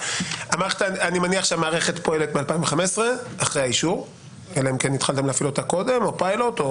מ-2015 אחרי האישור אלא אם כן התחלתם להפעיל אותה קודם או פילוט.